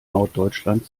norddeutschland